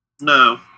No